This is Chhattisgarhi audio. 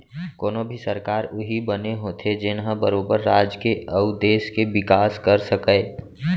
कोनो भी सरकार उही बने होथे जेनहा बरोबर राज के अउ देस के बिकास कर सकय